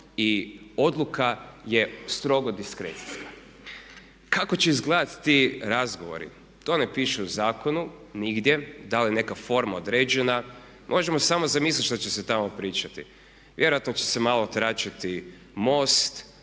i odluka je strogo diskrecijska. Kako će izgledati ti razgovor, to ne piše u zakonu, nigdje. Da li je neka forma određena. Možemo samo zamisliti što će se tamo pričati. Vjerojatno će se malo tračati MOST,